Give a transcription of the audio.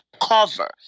cover